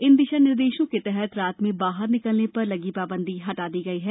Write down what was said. इन दिशा निर्देशों के तहत रात में बाहर निकलने पर लगी पाबंदी हटा दी गई है